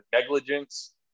negligence